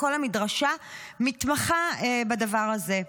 כל המדרשה מתמחה בדבר הזה.